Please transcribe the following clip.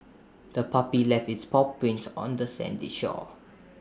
the puppy left its paw prints on the sandy shore